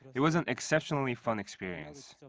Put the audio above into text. it was an exceptionally fun experience.